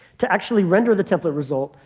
to actually render the template result,